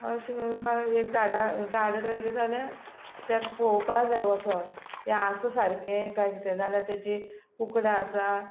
झाडां रोयलीं जाल्यार तेका पोवपा जाय वसोन तें आसा सारकें काय कितें नाल्या तेजी कुकडा आसा